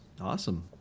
Awesome